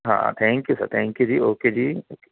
ਹਾਂ thank you sir thank you ਜੀ okay ਜੀ